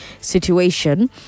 situation